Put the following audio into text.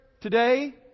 today